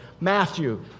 Matthew